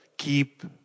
Keep